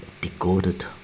decoded